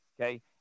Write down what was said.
Okay